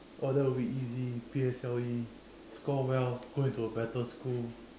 oh that will be easy P_S_L_E score well go into a better school